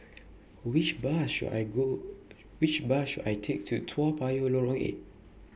Which Bus should I Go Which Bus should I Take to Toa Payoh Lorong eight